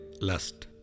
Lust